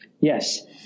Yes